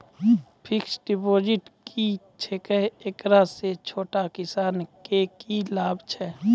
Fixed deposit की छिकै, एकरा से छोटो किसानों के की लाभ छै?